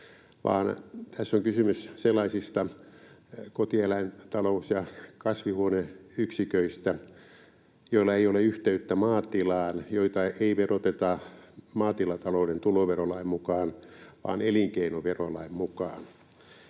tässä on kysymys sellaisista kotieläintalous- ja kasvihuoneyksiköistä, joilla ei ole yhteyttä maatilaan, joita ei veroteta maatilatalouden tuloverolain mukaan vaan elinkeinoverolain mukaan.